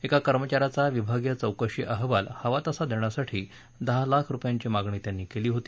एका कर्मचा याचा विभागीय चौकशी अहवाल हवा तसा देण्यासाठी दहा लाख रुपयांची मागणी त्यांनी केली होती